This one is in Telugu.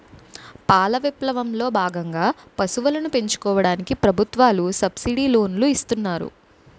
పాల విప్లవం లో భాగంగా పశువులను పెంచుకోవడానికి ప్రభుత్వాలు సబ్సిడీ లోనులు ఇస్తున్నారు